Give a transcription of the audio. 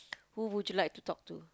who would you like to talk to